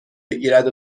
بگیرد